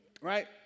Right